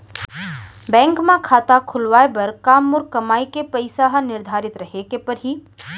Bank म खाता खुलवाये बर का मोर कमाई के पइसा ह निर्धारित रहे के पड़ही?